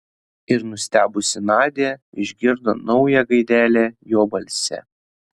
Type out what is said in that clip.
ir nustebusi nadia išgirdo naują gaidelę jo balse